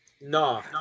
No